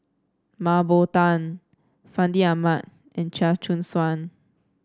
Mah Bow Tan Fandi Ahmad and Chia Choo Suan